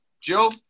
Joe